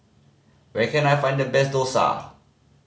where can I find the best dosa